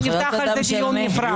אנחנו נקיים על זה דיון נפרד.